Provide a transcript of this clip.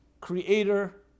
creator